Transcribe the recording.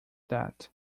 that